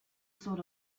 sort